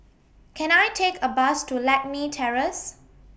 Can I Take A Bus to Lakme Terrace